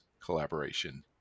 collaboration